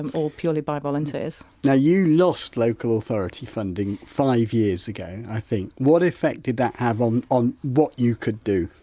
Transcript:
and all purely by volunteers now you lost local authority funding five years ago, i think, what effect did that have on on what you could do?